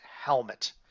helmet